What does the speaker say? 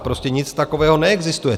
Prostě nic takového neexistuje.